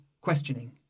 questioning